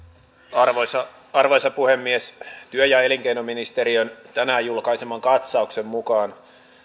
arvoisa arvoisa puhemies työ ja elinkeinoministeriön tänään julkaiseman katsauksen mukaan